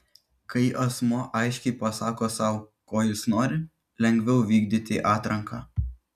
kai asmuo aiškiai pasako sau ko jis nori lengviau vykdyti atranką